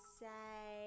say